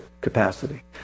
capacity